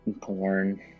porn